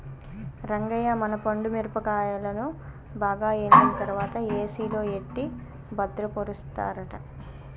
రంగయ్య మన పండు మిరపకాయలను బాగా ఎండిన తర్వాత ఏసిలో ఎట్టి భద్రపరుస్తారట